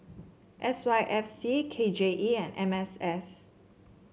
S Y F C K J E and M M S